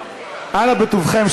אנא בטובכם,